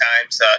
times